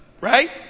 right